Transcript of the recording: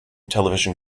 television